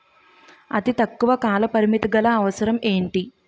అతి తక్కువ కాల పరిమితి గల అవసరం ఏంటి